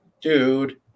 dude